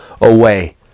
away